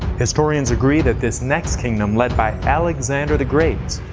historians agree that this next kingdom, led by alexander the great,